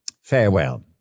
farewell